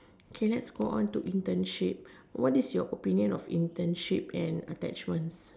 okay let's go on to internship what is your opinion on internship and attachments